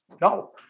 No